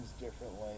differently